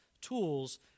tools